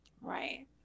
Right